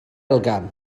elgan